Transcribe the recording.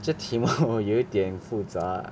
这题目有一点复杂